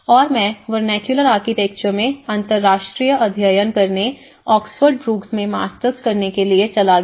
और मैं vernacular architecture में अंतर्राष्ट्रीय अध्ययन करने ऑक्सफोर्ड ब्रूक्स में मास्टर्स करने के लिए चला गया